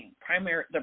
primary